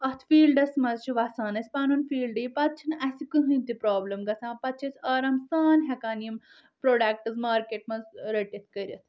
اتھ فیلڑس منٛز چھ وسان أسۍ پنُن فیلڑ یہِ پتہٕ چھنہٕ اسہِ کٕہٕنۍ تہِ پرابلم گژھان پتہٕ چھ آسی آرام سان ہیٚکان یم پرُوڈکٹٕس مارکیٚٹ منٛز رٔٹتھ کرتھ